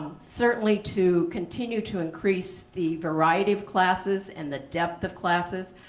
certainly to continue to increase the variety of classes and the depth of classes.